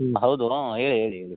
ಹ್ಞೂ ಹೌದು ಹಾಂ ಹೇಳಿ ಹೇಳಿ ಹೇಳಿ